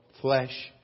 flesh